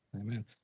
amen